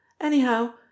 Anyhow